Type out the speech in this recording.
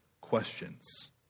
questions